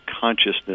consciousness